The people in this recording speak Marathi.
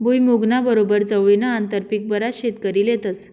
भुईमुंगना बरोबर चवळीनं आंतरपीक बराच शेतकरी लेतस